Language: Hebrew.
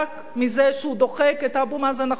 מזה שהוא דוחק את אבו מאזן החוצה?